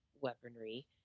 weaponry